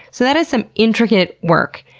so that is some intricate work.